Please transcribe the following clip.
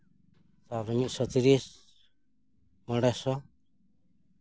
ᱢᱤᱫ ᱥᱚ ᱛᱤᱨᱤᱥ ᱢᱚᱬᱮ ᱥᱚ